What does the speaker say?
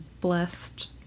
blessed